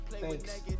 Thanks